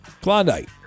Klondike